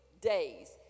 days